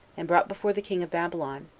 and brought before the king of babylon,